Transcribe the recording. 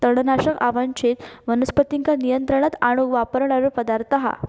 तणनाशक अवांच्छित वनस्पतींका नियंत्रणात आणूक वापरणारो पदार्थ हा